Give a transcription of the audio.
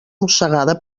mossegada